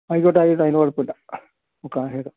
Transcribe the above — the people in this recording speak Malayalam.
ആയിക്കോട്ടെ ആയിക്കോട്ടെ അതിന് കുഴപ്പമില്ല നമുക്കായാലും